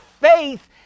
faith